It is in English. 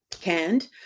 canned